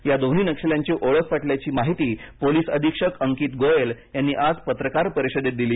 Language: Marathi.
या दोन्ही नक्षल्यांची ओळख पटल्याची माहिती पोलिस अधीक्षक अंकित गोयल यांनी आज पत्रकार परिषदेत दिली